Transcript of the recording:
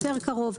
יותר קרוב.